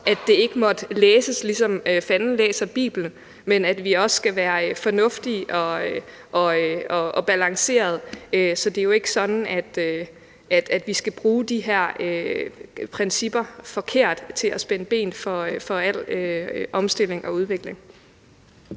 at det ikke måtte læses, ligesom Fanden læser Bibelen, men at vi skal være fornuftige og afbalancerede. Så det er jo ikke sådan, at vi skal bruge de her principper forkert til at spænde ben for al omstilling og udvikling.